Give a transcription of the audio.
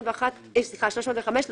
התשמ"ב 1982‏